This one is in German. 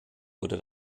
wurde